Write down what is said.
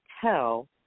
tell